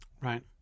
Right